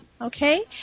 okay